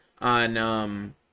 on